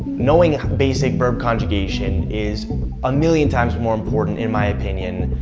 knowing a basic verb conjugation is a million times more important in my opinion,